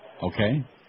Okay